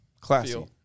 Classy